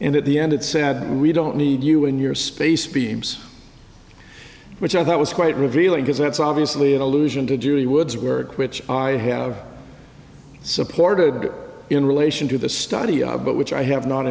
and at the end it said we don't need you in your space beams which i thought was quite revealing because that's obviously an allusion to julie wood's work which i have supported in relation to the study but which i have not